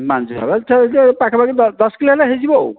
ମାଛ ସେ ପାଖାପାଖି ଦଶ କିଲୋ ହେଲେ ହେଇଯିବ ଆଉ